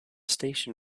station